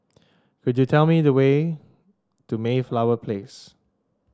could you tell me the way to Mayflower Place